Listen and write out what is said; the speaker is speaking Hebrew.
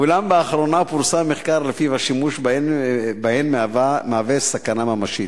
אולם באחרונה פורסם מחקר שלפיו השימוש בהן מהווה סכנה ממשית.